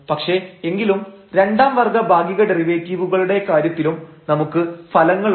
പക്ഷേ എങ്കിലും രണ്ടാം വർഗ്ഗ ഭാഗിക ഡെറിവേറ്റീവുകളുടെ കാര്യത്തിലും നമുക്ക് ഫലങ്ങളുണ്ട്